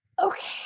okay